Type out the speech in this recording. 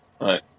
Right